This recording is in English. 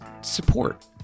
support